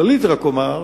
כללית רק אומר,